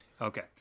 Okay